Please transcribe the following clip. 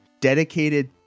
dedicated